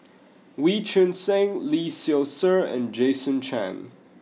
Wee Choon Seng Lee Seow Ser and Jason Chan